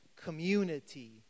community